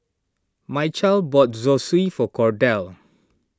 Mychal bought Zosui for Cordell